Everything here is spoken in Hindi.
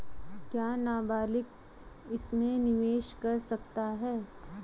क्या नाबालिग इसमें निवेश कर सकता है?